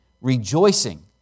rejoicing